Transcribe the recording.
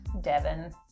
Devin